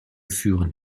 führend